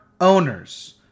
owners